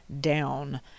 down